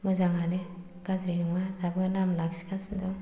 मोजांआनो गाज्रि नङा दाबो नाम लाखिगासिनो दं